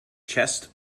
chest